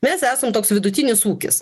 mes esam toks vidutinis ūkis